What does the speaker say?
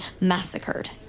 massacred